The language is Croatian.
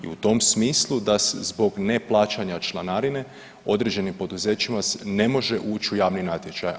I u tom smislu da zbog neplaćanja članarine određenim poduzećima ne može uć u javni natječaj.